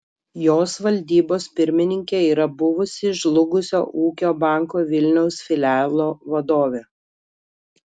jos valdybos pirmininkė yra buvusi žlugusio ūkio banko vilniaus filialo vadovė